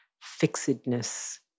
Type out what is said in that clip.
fixedness